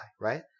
right